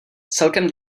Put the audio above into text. celkem